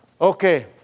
Okay